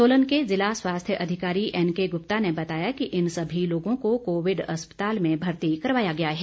सोलन के जिला स्वास्थ्य अधिकारी एनके ग्प्ता ने बताया कि इन सभी लोगों को कोविड अस्पताल में भर्ती करवाया गया है